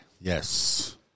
Yes